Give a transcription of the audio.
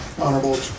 honorable